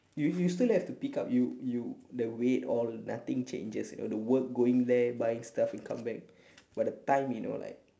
you you still have to pick up you you the weight all nothing changes you know the work going there buying stuff and come back but the time you know like